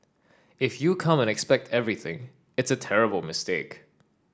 if you come and expect everything it's a terrible mistake